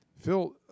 Phil